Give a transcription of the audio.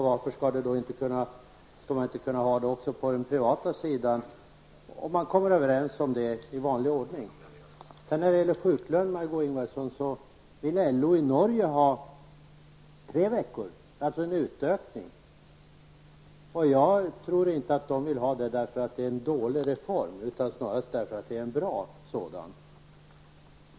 Varför skulle det inte vara likadant på den privata, om man kommer överens om det i vanlig ordning? När det gäller sjuklön, Margó Ingvardsson, vill jag framhålla att LO i Norge önskar tre veckor, alltså en utökning. Jag tror inte att man vill ha det därför att det är en dålig reform utan snarast därför att det är en bra sådan.